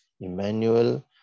Emmanuel